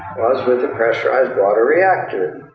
was with the pressurized water reactor.